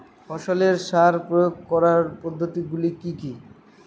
ফসলের সার প্রয়োগ করার পদ্ধতি গুলো কি কি?